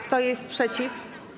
Kto jest przeciw?